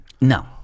No